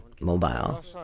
mobile